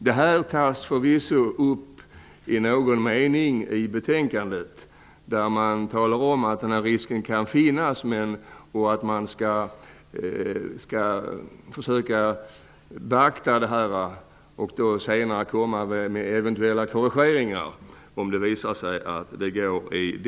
Det här tas förvisso upp i någon mening i betänkandet, där det talas om att denna risk kan finnas, att man skall försöka beakta detta och att man senare skall komma med eventuella korrigeringar om det visar sig nödvändigt.